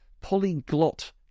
polyglot